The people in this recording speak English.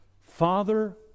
Father